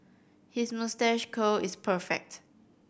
his moustache curl is perfect